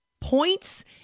points